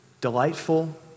delightful